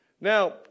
Now